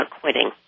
quitting